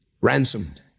Ransomed